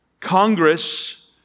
Congress